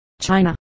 China